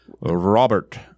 Robert